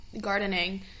gardening